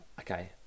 Okay